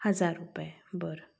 हजार रुपये बरं